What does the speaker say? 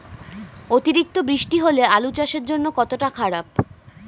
অতিরিক্ত বৃষ্টি হলে আলু চাষের জন্য কতটা খারাপ?